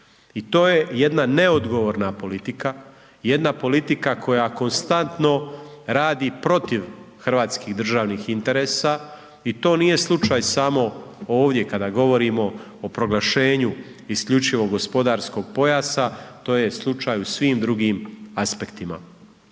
I to je jedna neodgovorna politika, jedna politika koja konstantno radi protiv hrvatskih državnih interesa i to nije slučaj samo ovdje kada govorimo o proglašenju isključivog gospodarskog pojasa, to je slučaj u svim drugim aspektima.